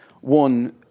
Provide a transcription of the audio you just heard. one